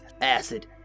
acid